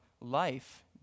life